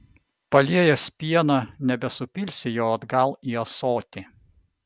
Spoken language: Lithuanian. paliejęs pieną nebesupilsi jo atgal į ąsotį